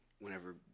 whenever